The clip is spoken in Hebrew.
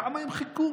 כמה הם חיכו?